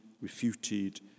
refuted